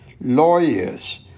lawyers